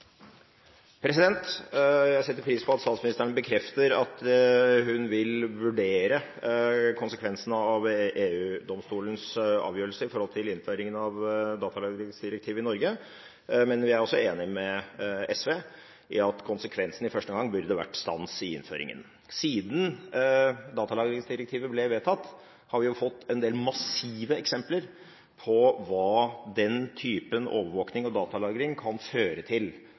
Jeg setter pris på at statsministeren bekrefter at hun vil vurdere konsekvensene av EU-domstolens avgjørelse med tanke på innføringen av datalagringsdirektivet i Norge, men vi er også enig med SV i at konsekvensene i første omgang burde vært stans i innføringen. Siden datalagringsdirektivet ble vedtatt, har vi fått en del massive eksempler på hva den typen overvåkning og datalagring kan og vil føre til.